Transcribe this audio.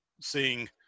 seeing